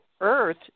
Earth